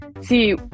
see